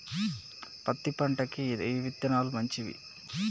పత్తి పంటకి ఏ విత్తనాలు మంచివి?